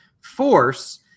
force